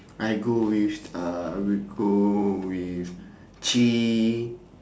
I go with uh nicole with chee